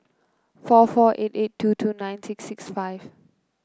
four four eight eight two two nine six six five